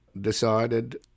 decided